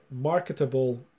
marketable